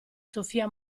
sofia